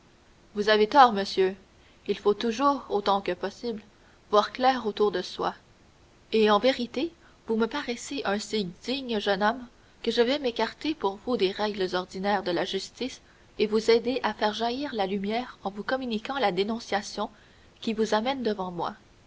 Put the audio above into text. vous avez tort monsieur il faut toujours autant que possible voir clair autour de soi et en vérité vous me paraissez un si digne jeune homme que je vais m'écarter pour vous des règles ordinaires de la justice et vous aider à faire jaillir la lumière en vous communiquant la dénonciation qui vous amène devant moi